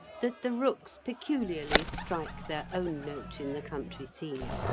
that the rooks peculiarly strike their own note in the country scene.